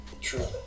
True